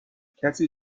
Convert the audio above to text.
کسی